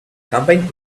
combined